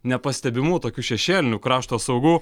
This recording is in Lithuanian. nepastebimų tokių šešėlinių krašto saugų